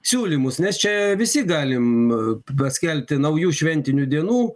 siūlymus nes čia visi galim paskelbti naujų šventinių dienų